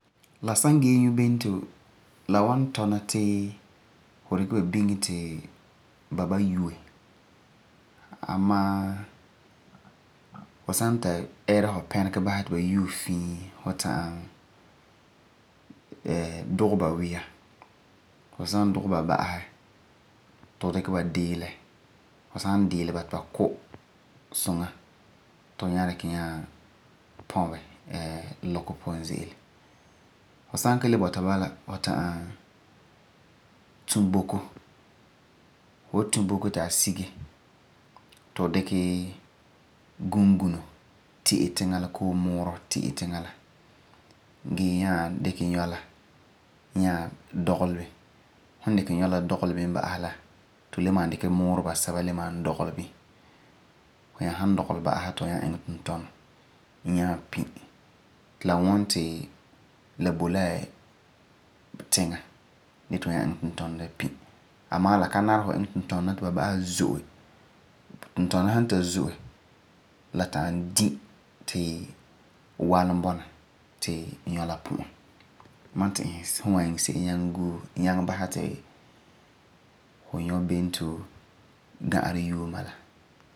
La san gee yubento, la wan tɔna ti fu dikɛ la biŋɛ ti ba ba yue. Amaa, fu san ta ɛɛra fu pɛrege basɛ ti ba yue fii fuvta'am duge ba yia. Fu san duge ba ba'asɛ, tu fu dikɛ ba diilɛ ti ba kɔma suŋa ti fu nyaa dikɛ pɔbe iŋɛ lɔkɔ puan ze'ele. Fu sanbke le bɔta bala, fuvra'am tu book ti la siege ti fu dikɛ gungunɔ koo muuro te'ɛ tiŋa la. Gee nyaa dikɛ yua la dɔgelɛ. Fu dɔgela yua la ba'asɛ la fu nyaa dikɛ mooro bii gungunɔ la basɛ pa'asɛ. La ka nari ti fu ba iŋɛ tintono la zo'e. Mam ti'isi ti fu wan iŋɛ se'em ta'am basɛ ti fu yubento ta'am ga'arɛ yue n bala.